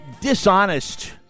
dishonest